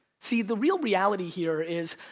see, the real reality here is,